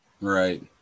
Right